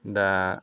दा